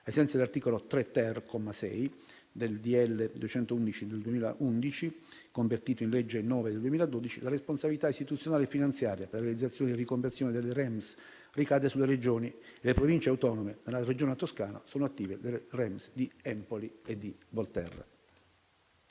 6, del decreto-legge n. 211 del 2011, convertito in legge n. 9 del 2012, la responsabilità istituzionale e finanziaria per la realizzazione e riconversione delle REMS ricade sulle Regioni e le Province autonome; nella Regione Toscana sono attive le REMS di Empoli e Volterra.